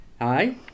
Hi